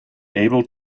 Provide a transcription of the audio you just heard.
able